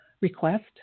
request